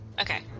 Okay